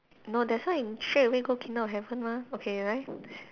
no that's why is straight away go kingdom of heaven mah okay 来